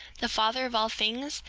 the father of all things,